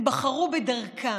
הם בחרו בדרכם,